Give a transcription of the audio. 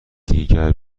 دیگر